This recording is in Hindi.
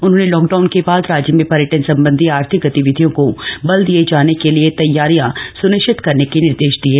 उन्होंने लॉकडाउन के बाद राज्य में पर्यटन सम्बन्धी आर्थिक गतिविधियों को बल दिये जाने के लिए तैयारियां सुनिश्चित करने के निर्देश दिये